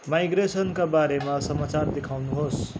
माइग्रेसनका बारेमा समाचार देखाउनुहोस्